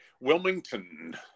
Wilmington